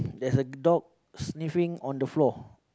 there's a dog sniffing on the floor